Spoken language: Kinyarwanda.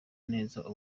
neza